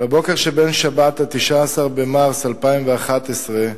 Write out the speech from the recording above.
בבוקר שבין שבת, 19 במרס 2011,